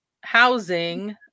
housing